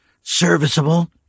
Serviceable